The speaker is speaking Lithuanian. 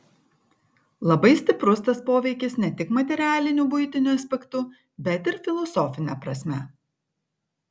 labai stiprus tas poveikis ne tik materialiniu buitiniu aspektu bet ir filosofine prasme